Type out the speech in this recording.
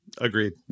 agreed